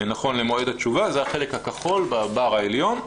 נכון למועד התשובה, זה החלק הכחול בבר העליון,